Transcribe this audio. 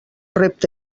repte